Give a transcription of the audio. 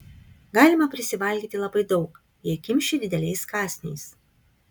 galima prisivalgyti labai daug jei kimši dideliais kąsniais